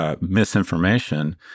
misinformation